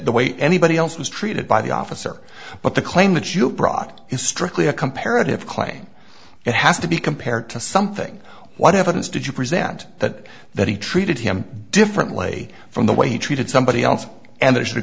the way anybody else was treated by the officer but the claim that you brought is strictly a comparative claim it has to be compared to something what evidence did you present that that he treated him differently from the way you treated somebody else and that should